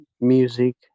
music